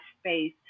space